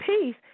peace